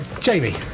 Jamie